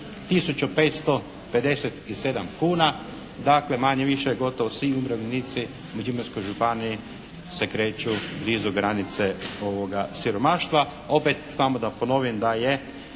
557 kuna. Dakle, manje-više gotovo svi umirovljenici u Međimurskoj županiji se kreću blizu granice ovoga siromaštva. Opet samo da ponovim da je